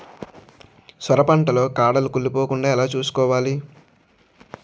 సొర పంట లో కాడలు కుళ్ళి పోకుండా ఎలా చూసుకోవాలి?